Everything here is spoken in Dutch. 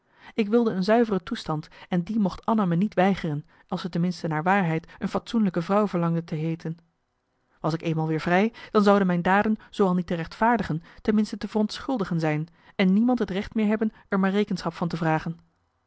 ik wilde een zuivere toestand en die mocht anna me niet weigeren als ze ten minste naar waarheid een fatsoenlijke vrouw verlangde te heeten was ik eenmaal weer vrij dan zouden mijn daden zooal niet te rechtvaardigen ten minste te verontschuldigen zijn en niemand het recht meer hebben er me rekenschap van te vragen